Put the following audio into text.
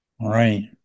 Right